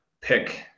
pick